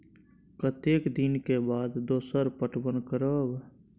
कतेक दिन के बाद दोसर पटवन करब?